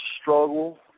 struggle